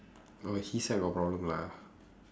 orh his side got problem lah